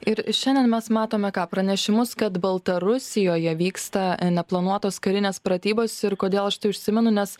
ir šiandien mes matome ką pranešimus kad baltarusijoje vyksta neplanuotos karinės pratybos ir kodėl aš tai užsimenu nes